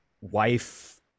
Wife